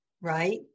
right